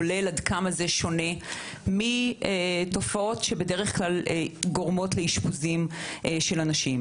כולל עד כמה זה שונה מתופעות שבדרך כלל גורמות לאשפוזים של אנשים.